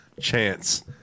chance